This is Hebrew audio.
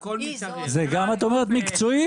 היא זאת -- גם את זה את אומרת מקצועית?